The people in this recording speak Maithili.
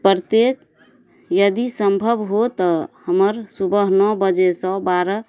प्रत्येक यदि सम्भव हो तऽ हमर सुबह नओ बजेसँ बारह